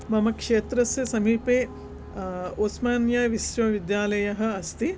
मम क्षेत्रस्य समीपे ओस्मान्या विश्वविद्यालयः अस्ति